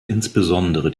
insbesondere